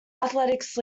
athletic